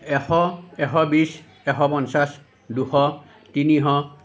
এশ এশ বিছ এশ পঞ্চাছ দুশ তিনিশ